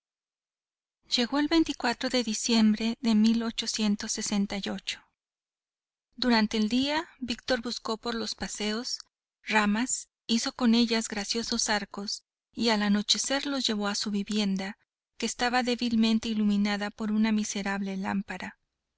llegó el de diciembre de durante el día víctor buscó por los paseos ramas hizo con ellas graciosos arcos y al anochecer los llevó a su vivienda que estaba débilmente iluminada por una miserable lámpara